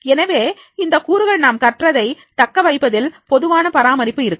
எனவே இந்தக் கூறுகள் எல்லாம் கற்றதை தக்கவைப்பதில் பொதுவான பராமரிப்பு இருக்கும்